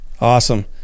Awesome